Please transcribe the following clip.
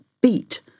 beat